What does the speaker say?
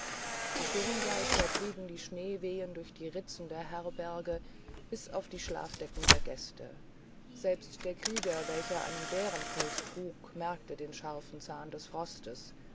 die sturmgeister trieben die schneewehen durch die ritzen der herberge bis auf die schlafdecken der gäste selbst der krieger welcher einen bärenpelz trug merkte den scharfen zahn des frostes